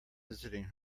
visiting